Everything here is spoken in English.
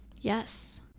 Yes